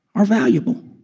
are valuable.